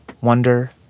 wonder